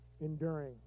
enduring